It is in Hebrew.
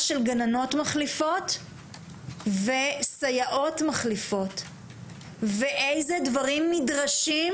של גננות מחליפות וסייעות מחליפות ואיזה דברים נדרשים,